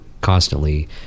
constantly